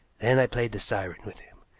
then i played the siren with him.